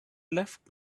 left